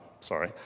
Sorry